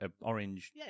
orange